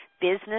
business